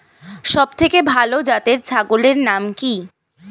সবথেকে ভালো জাতের ছাগলের নাম কি?